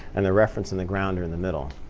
and the reference and the ground are in the middle.